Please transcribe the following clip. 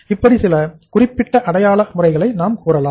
இப்படி சில குறிப்பிட்ட அடையாளம் முறைகளை நாம் கூறலாம்